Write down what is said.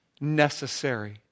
necessary